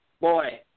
boy